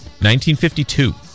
1952